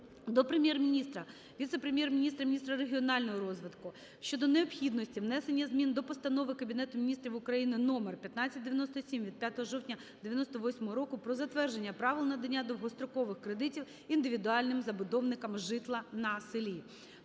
до Прем'єр-міністра, Віце-прем’єр-міністра - міністра регіонального розвитку щодо необхідності внесення змін до Постанови Кабінету Міністрів України № 1597 від 05 жовтня 1998 року "Про затвердження Правил надання довгострокових кредитів індивідуальним забудовникам житла на селі".